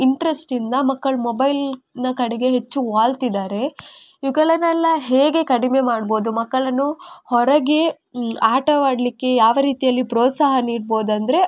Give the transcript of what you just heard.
ಇಂಟ್ರೆಸ್ಟಿಂದ ಮಕ್ಕಳ ಮೊಬೈಲ್ನ ಕಡೆಗೆ ಹೆಚ್ಚು ವಾಲ್ತಿದ್ದಾರೆ ಇವುಗಳನೆಲ್ಲ ಹೇಗೆ ಕಡಿಮೆ ಮಾಡ್ಬೋದು ಮಕ್ಕಳನ್ನು ಹೊರಗೆ ಆಟವಾಡಲಿಕ್ಕೆ ಯಾವ ರೀತಿಯಲ್ಲಿ ಪ್ರೋತ್ಸಾಹ ನೀಡ್ಬೋದು ಅಂದರೆ